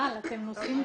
יעל?